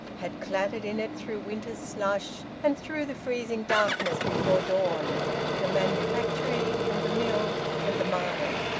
had clattered in it through winter's slush, and through the freezing darkness before dawn, to the manufactory and the mill and the mine,